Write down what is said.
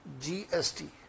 gst